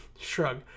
shrug